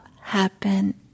happen